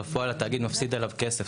בפועל התאגיד מפסיד עליו כסף.